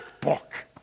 book